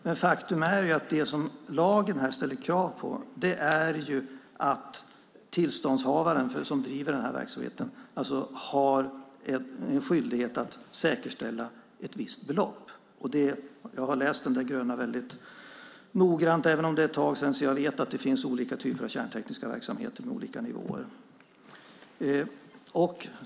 Men faktum är att det som står i lagen är att tillståndshavaren som driver den här verksamheten har en skyldighet att säkerställa ett visst belopp. Jag har läst den där gröna väldigt noggrant även om det är ett tag sedan, så jag vet att det finns olika typer av kärntekniska verksamheter med olika nivåer.